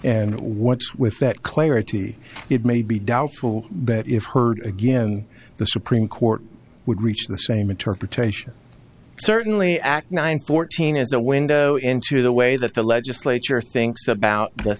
and what's with that clarity it may be doubtful that if heard again the supreme court would reach the same interpretation certainly act nine fourteen is a window into the way that the legislature thinks about the